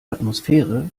atmosphäre